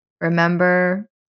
remember